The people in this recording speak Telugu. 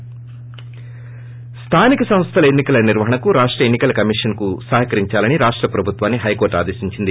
ప్లానిక సంస్లల ఎన్నికల నిర్వహణకు రాష్ల ఎన్నికల కమిషన్ కు సహకరించాలని రాష్ల ప్రభుత్వాన్ని హైకోర్లు ఆదేశించింది